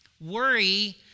Worry